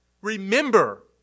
remember